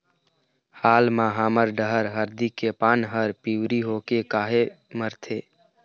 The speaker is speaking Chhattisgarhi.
हाल मा हमर डहर हरदी के पान हर पिवरी होके काहे मरथे?